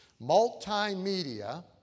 multimedia